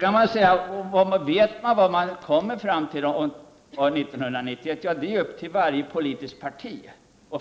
Man har undrat om det går att förutse vad man kommer fram till 1991. Det är upp till varje politiskt parti.